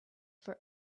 for